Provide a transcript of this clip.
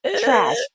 Trash